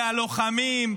מהלוחמים,